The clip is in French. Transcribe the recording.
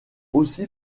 aussi